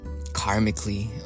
karmically